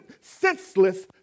senseless